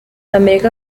amerika